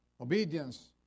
obedience